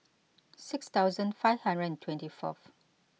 six thousand five hundred and twenty fourth